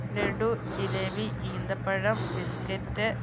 ലഡ്ഡു ജിലേബി ഈന്തപ്പഴം ബിസ്ക്കറ്റ്